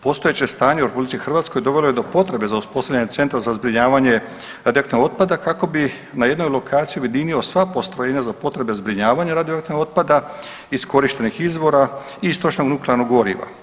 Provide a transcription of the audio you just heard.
Postojeće stanje u RH dovelo je do potrebe za uspostavljanje centra za zbrinjavanje radioaktivnog otpada kako bi na jednoj lokaciji ujedinio sva postrojenja za potrebe zbrinjavanja radioaktivnog otpada i iskorištenih izvora i istrošenog nuklearnog goriva.